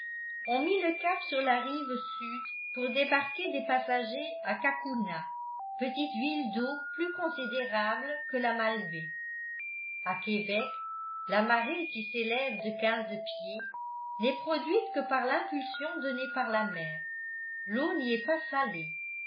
on mit le cap sur la rive sud pour débarquer des passagers à cacouna petite ville d'eau plus considérable que la malbaie a québec la marée qui s'élève de quinze pieds n'est produite que par l'impulsion donnée par la mer l'eau n'y est pas salée